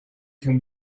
can